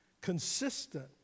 Consistent